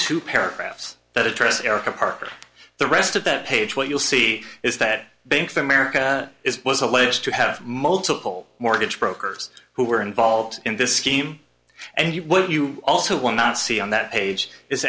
two paragraphs that address erica parker the rest of that page what you'll see is that banks america is was alleged to have multiple mortgage brokers who were involved in this scheme and what you also will not see on that page is